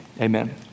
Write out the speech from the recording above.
Amen